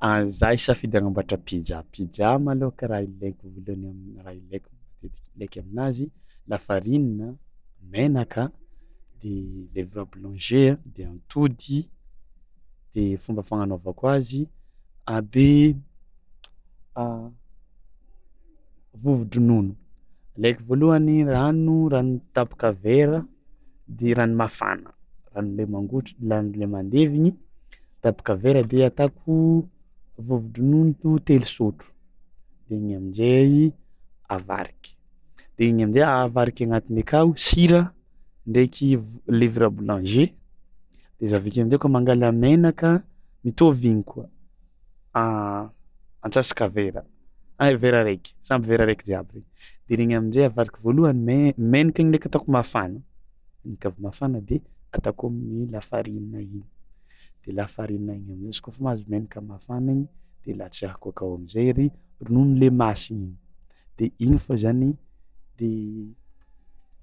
A za hisafidy agnamboàtra pizza, pizza malôhaka raha ilaiko voalohany am- raha ilaiko matetiky ilaiky aminazy: lafirinina, menaka de levure boulanger de atody de fomba fagnanaovako azy a- de vovon-dronono; alaiko voalohany rano rano tapaka vera de rano mafana, rano le mangotr- rano le mandevy igny tapaka vera de atako vovon-dronono telo sôtro de igny amin-jay avariky de igny amin-jay avariky agnatiny akao sira ndraiky v- levure boulanger de izy avy ake amin-jay kôa mangala menaka mitovy igny koa antsasaka vera, ay vera araiky samby vera araiky jiaby regny de regny amin-jay avariky voalohany me- menaka igny ndraiky ataoko mafana menaka avy mafana de ataoko amin'ny lafarinina igny de lafarini a igny am'zay izy kaofa mahazo menaka mafana igny de latsahako akao am'zay ry ronono le masina igny de igny fao zany de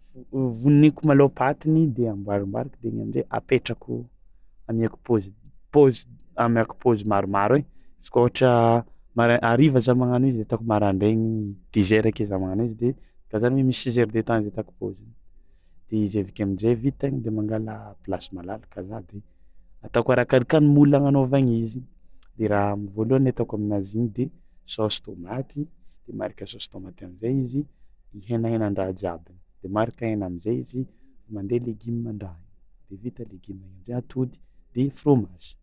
fo- voniko malôha paty igny de amboarimboariko de igny amin-jay apetrako amiàko paozy paozy amiàko paozy maromaro ai izy koa ôhatra marai- hariva za magnano izy ataoko maraindraigny dix heure ake za magnano izy de ta- zany hoe misy six heures de temps izy ataoko paozy de izy avy ake amin-jay vita igny de mangala plasy malalaka za de ataoko arakaraka moule agnanaovagna izy de raha am'voalohany ataoko aminazy igny de saosy tômaty de maraka saosy tômaty am'zay izy i henahenan-draha jiaby de maraka hena am'zay izy mandeha legioman-draha igny de vita legioma igny amin-jay atody de frômazy.